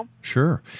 Sure